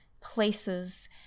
places